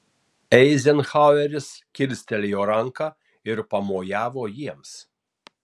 eizenhaueris kilstelėjo ranką ir pamojavo jiems